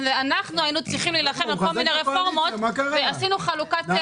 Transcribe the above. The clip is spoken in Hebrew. אנחנו היינו צריכים להילחם על כל מיני רפורמות ועשינו חלוקת משימות.